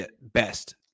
best